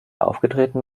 aufgetreten